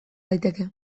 daiteke